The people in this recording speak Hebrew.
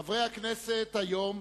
חברי הכנסת, היום,